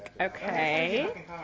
Okay